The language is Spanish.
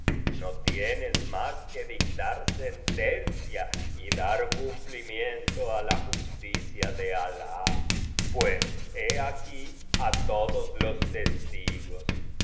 no tienes mas que dictar sentencia y dar cumplimiento á la justicia de alah pues he aqui á todos los testigos